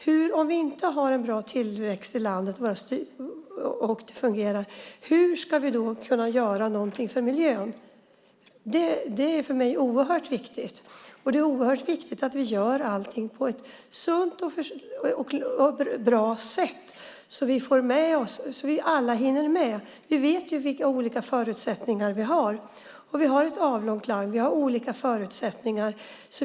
Hur ska vi kunna göra någonting för miljön om vi inte har en bra tillväxt i landet? Det är oerhört viktigt för mig. Det är oerhört viktigt att vi gör allt på ett sunt och bra sätt så vi alla hinner med. Vi vet vilka olika förutsättningar vi har. Vi har ett avlångt land. Vi har olika förutsättningar.